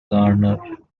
garner